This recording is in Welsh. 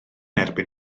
erbyn